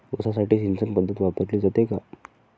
ऊसासाठी सिंचन पद्धत वापरली जाते का?